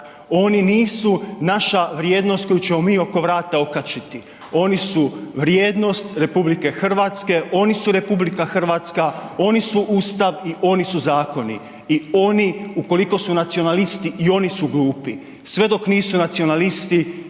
oni nisu naša vrijednost koju ćemo mi oko vrata okačiti, oni su vrijednost RH, oni su RH, oni su Ustav i oni su zakoni. I oni ukoliko su nacionalisti, i oni su glupi. Sve dok nisu nacionalisti,